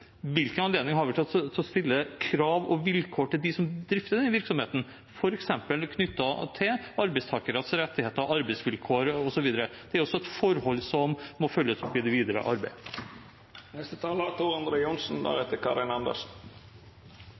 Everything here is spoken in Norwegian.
Hvilken anledning har vi til å stille krav og vilkår til dem som drifter den virksomheten, f.eks. knyttet til arbeidstakeres rettigheter, arbeidsvilkår osv.? Det er også et forhold som må følges opp i det videre arbeidet. Det er behov for å rydde opp. Det er